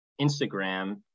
Instagram